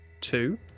two